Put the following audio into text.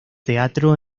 teatro